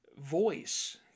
voice